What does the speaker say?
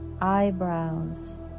eyebrows